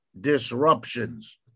disruptions